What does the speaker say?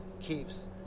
keeps